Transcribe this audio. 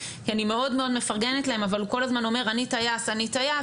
כי אני מאוד מאוד מפרגנת להם אבל הוא כל הזמן אומר אני טייס אני טייס,